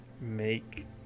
Make